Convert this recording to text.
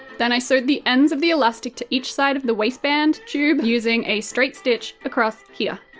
then i sewed the ends of the elastic to each side of the waist-band tube, using a straight stitch across here.